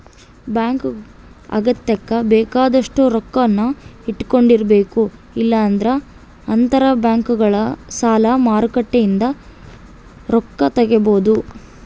bank ಅಗತ್ಯಕ್ಕ ಬೇಕಾದಷ್ಟು ರೊಕ್ಕನ್ನ ಇಟ್ಟಕೊಂಡಿರಬೇಕು, ಇಲ್ಲಂದ್ರ ಅಂತರಬ್ಯಾಂಕ್ನಗ ಸಾಲ ಮಾರುಕಟ್ಟೆಲಿಂದ ರೊಕ್ಕ ತಗಬೊದು